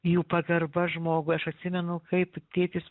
jų pagarba žmogui aš atsimenu kaip tėtis